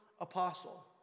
apostle